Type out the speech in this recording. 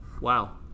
Wow